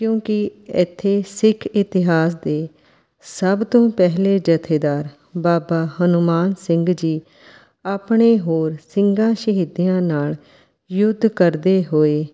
ਕਿਉਂਕਿ ਇੱਥੇ ਸਿੱਖ ਇਤਿਹਾਸ ਦੇ ਸਭ ਤੋਂ ਪਹਿਲੇ ਜਥੇਦਾਰ ਬਾਬਾ ਹਨੂੰਮਾਨ ਸਿੰਘ ਜੀ ਆਪਣੇ ਹੋਰ ਸਿੰਘਾਂ ਸ਼ਹੀਦੀਆਂ ਨਾਲ ਯੁੱਧ ਕਰਦੇ ਹੋਏ